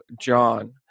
John